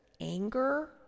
anger